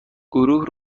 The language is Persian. گروه